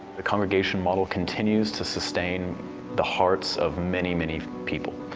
the congregation model continues to sustain the hearts of many, many people,